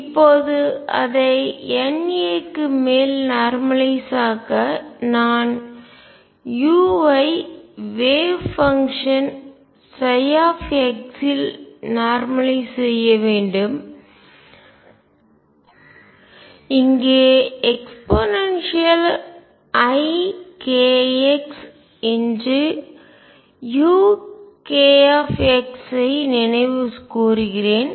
இப்போது அதை Na க்கு மேல் நார்மலய்ஸ் ஆக்க நான் u ஐ வேவ் பங்ஷன் அலை செயல்பாடு ψ இல் நார்மலய்ஸ் செய்ய வேண்டும் இங்கே eikxuk ஐ நினைவு கூறுகிறேன்